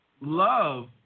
Love